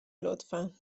لطفا